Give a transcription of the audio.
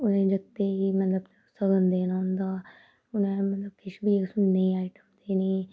उनें जगतें गी मतलब सगन देना होंदा उन्नै मतलब किश बी सुन्ने दी आइटम देनी